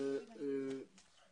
חברי הכנסת, בבקשה.